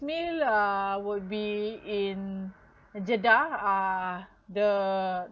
meal uh would be in jeddah uh the